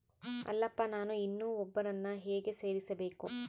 ಅಲ್ಲಪ್ಪ ನಾನು ಇನ್ನೂ ಒಬ್ಬರನ್ನ ಹೇಗೆ ಸೇರಿಸಬೇಕು?